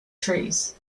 trees